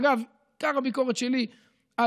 אגב, עיקר הביקורת שלי על